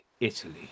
Italy